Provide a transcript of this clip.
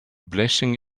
blessing